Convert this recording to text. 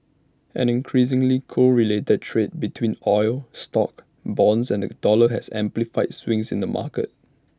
an increasingly correlated trade between oil stocks bonds and the dollar has amplified swings in the markets